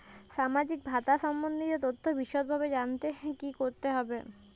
সামাজিক ভাতা সম্বন্ধীয় তথ্য বিষদভাবে জানতে কী করতে হবে?